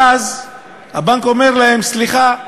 ואז הבנק אומר להם: סליחה,